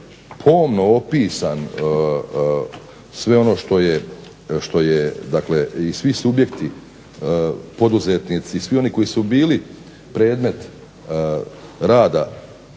pomno opisan sve ono što je dakle, svi subjekti poduzetnici, koji su bili predmet rada